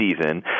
season